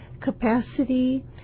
capacity